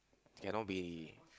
cannot be